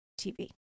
TV